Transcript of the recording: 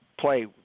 play